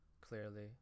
clearly